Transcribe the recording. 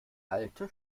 alte